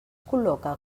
col·loca